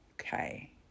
okay